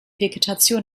vegetation